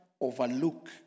overlook